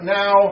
now